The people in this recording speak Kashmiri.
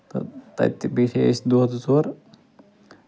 تہٕ تَتہِ تہِ چھِ بیچھے أسۍ دۄہ زٕ ژور